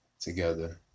together